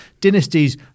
dynasties